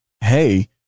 Hey